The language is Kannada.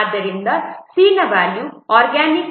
ಆದ್ದರಿಂದ c ನ ವ್ಯಾಲ್ಯೂ ಆರ್ಗ್ಯಾನಿಕ್ ಪ್ರೊಡಕ್ಟ್ಗೆ 2